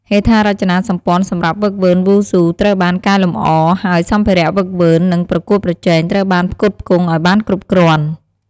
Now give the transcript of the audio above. ហេដ្ឋារចនាសម្ព័ន្ធសម្រាប់ហ្វឹកហ្វឺនវ៉ូស៊ូត្រូវបានកែលម្អហើយសម្ភារៈហ្វឹកហ្វឺន និងប្រកួតប្រជែងត្រូវបានផ្គត់ផ្គង់ឲ្យបានគ្រប់គ្រាន់។